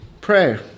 Prayer